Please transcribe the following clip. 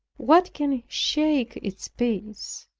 what can shake its peace?